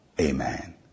amen